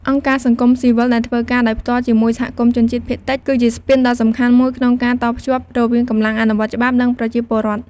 អង្គការសង្គមស៊ីវិលដែលធ្វើការដោយផ្ទាល់ជាមួយសហគមន៍ជនជាតិភាគតិច គឺជាស្ពានដ៏សំខាន់មួយក្នុងការតភ្ជាប់រវាងកម្លាំងអនុវត្តច្បាប់ និងប្រជាពលរដ្ឋ។